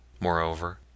Moreover